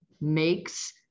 makes